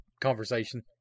conversation